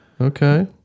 Okay